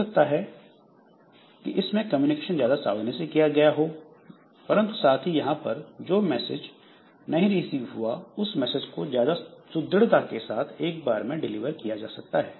हो सकता है कि इनमें कंप्यूटेशन ज्यादा सावधानी से किया गया हो परंतु साथ ही यहां पर जो मैसेज नहीं रिसीव हुआ उस मैसेज को ज्यादा सुंदृढ़ता के साथ एक बार में डिलीवर किया जा सकता है